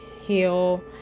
heal